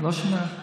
לא שומע.